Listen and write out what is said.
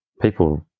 People